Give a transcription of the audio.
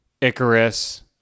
Icarus